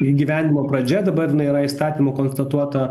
įgyvendinimo pradžia dabar jinai yra įstatymu konstatuota